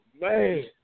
man